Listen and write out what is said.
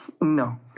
no